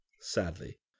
sadly